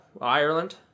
Ireland